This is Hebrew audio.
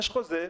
יש חוזה,